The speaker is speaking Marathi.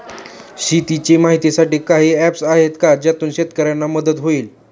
शेतीचे माहितीसाठी काही ऍप्स आहेत का ज्यातून शेतकऱ्यांना मदत होईल?